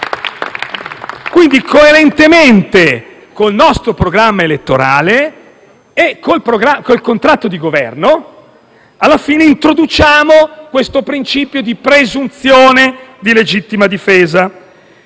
Quindi, coerentemente con il nostro programma elettorale e con il contratto di Governo, introduciamo il principio di presunzione di legittima difesa: